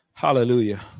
Hallelujah